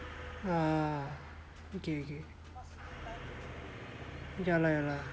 ah okay okay ya lah ya lah